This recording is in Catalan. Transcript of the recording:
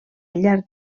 llarg